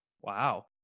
Wow